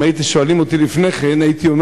אם הייתם שואלים אותי לפני כן,